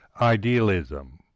idealism